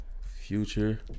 future